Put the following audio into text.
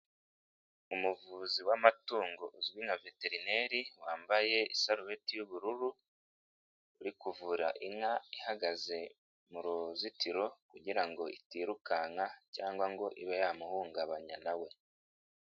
Umuvuzi w'amatungo uzwi nka veterineri, wambaye isarubeti y'ubururu, uri kuvura inka ihagaze mu ruzitiro kugira ngo itirukanka cyangwa ngo ibe yamuhungabanya na we.